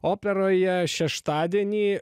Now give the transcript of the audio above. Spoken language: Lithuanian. operoje šeštadienį